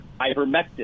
ivermectin